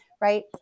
Right